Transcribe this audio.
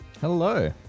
Hello